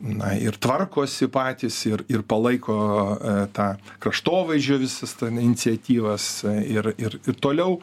na ir tvarkosi patys ir ir palaiko tą kraštovaizdžio visas ten iniciatyvas ir ir toliau